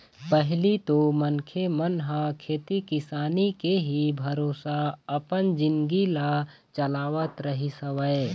पहिली तो मनखे मन ह खेती किसानी के ही भरोसा अपन जिनगी ल चलावत रहिस हवय